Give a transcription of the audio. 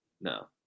No